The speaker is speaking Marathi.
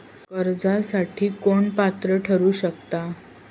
कर्जासाठी कोण पात्र ठरु शकता?